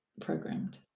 programmed